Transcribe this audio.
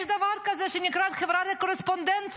יש דבר כזה שנקרא חברה בקורספונדנציה,